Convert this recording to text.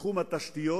בתחום התשתיות,